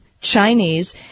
chinese